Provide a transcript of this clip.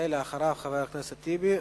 ואחריו, חבר הכנסת טיבי.